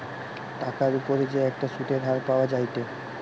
টাকার উপর যে একটা সুধের হার পাওয়া যায়েটে